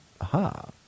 Aha